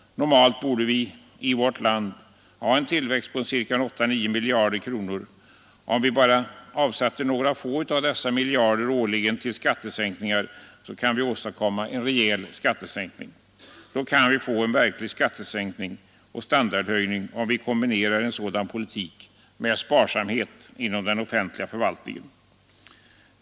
Normalt borde vi i vårt land ha en tillväxt på ca 8 å 9 miljarder kronor. Om vi bara avsatte några få av dessa miljarder årligen till skattesänkningar, så kunde vi åstadkomma en rejäl skattesänkning. Vi kunde få en verklig skattesänkning och en standardhöjning, om vi kombinerade en sådan politik med sparsamhet inom den offentliga förvaltningen.